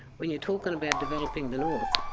when you're talking about developing the north,